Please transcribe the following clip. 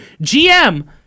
GM